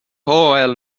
hooajal